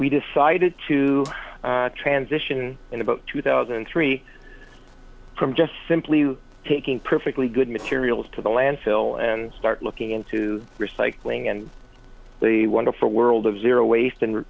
we decided to transition in about two thousand and three i'm just simply taking perfectly good materials to the landfill and start looking into the recycling and the wonderful world of zero waste